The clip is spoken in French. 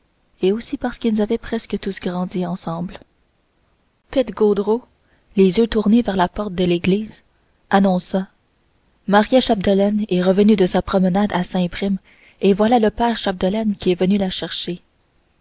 et aussi parce qu'ils avaient presque tous grandi ensemble pite gaudreau les yeux tournés vers la porte de l'église annonça maria chapdelaine est revenue de sa promenade à saint prime et voilà le père chapdelaine qui est venu la chercher